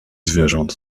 zwierząt